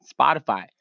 Spotify